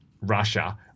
Russia